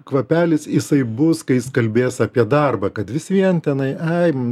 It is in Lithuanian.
kvapelis jisai bus kai jis kalbės apie darbą kad vis vien tenai ai